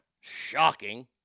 shocking